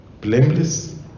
blameless